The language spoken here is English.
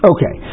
Okay